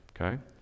okay